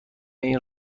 این